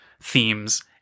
themes